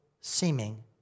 seeming